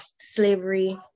slavery